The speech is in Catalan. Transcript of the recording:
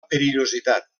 perillositat